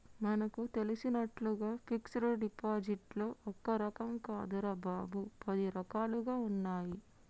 మనకు తెలిసినట్లుగా ఫిక్సడ్ డిపాజిట్లో ఒక్క రకం కాదురా బాబూ, పది రకాలుగా ఉన్నాయి